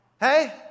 Hey